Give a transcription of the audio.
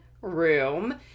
room